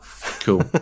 cool